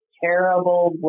terrible